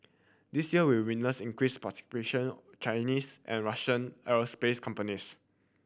this year will witness increase participation Chinese and Russian aerospace companies